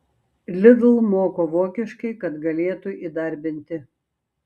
lidl moko vokiškai kad galėtų įdarbinti